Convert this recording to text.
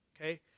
okay